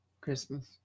Christmas